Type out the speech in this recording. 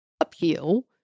appeal